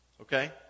Okay